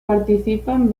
participan